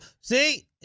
see